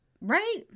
Right